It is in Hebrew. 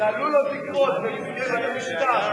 זה עלול עוד לקרות במסגרת המשטר,